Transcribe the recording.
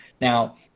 Now